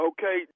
Okay